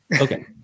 Okay